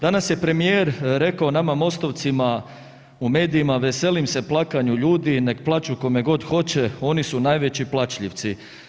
Danas je premijer rekao nama Mostovcima u medijima, veselim se plakanju ljudi, nek plaću kome god hoće, oni su najveći plačljivi.